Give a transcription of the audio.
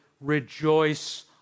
rejoice